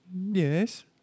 Yes